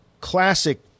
classic